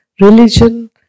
religion